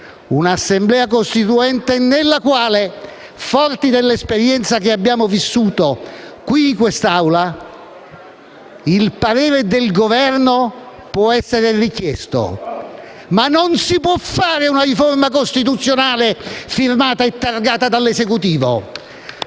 un'Assemblea costituente nella quale, forti dell'esperienza che abbiamo vissuto qui in quest'Aula, il parere del Governo possa essere richiesto dall'Assemblea, ma non si possa fare una riforma costituzionale firmata e targata dall'Esecutivo.